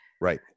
Right